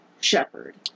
shepherd